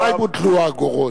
מתי בוטלו האגורות?